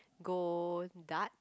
go Dutch